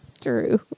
true